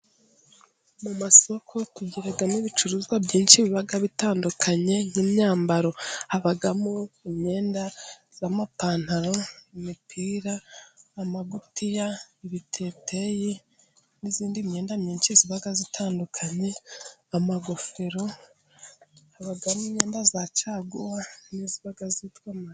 Mu masoko tugiramo ibicuruzwa byinshi biba bitandukanye nk'imyambaro, abamo imyenda y'amapantaro, imipira, amagutiya, ibiteteyi n'iyindi myenda myinshi iba itandukanye, amagofero, haba imyenda ya caguwa n'iyiba yitwa ma...